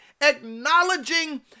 acknowledging